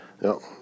No